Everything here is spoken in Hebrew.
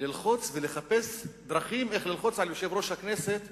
ללחוץ ולחפש דרכים איך ללחוץ על יושב-ראש הכנסת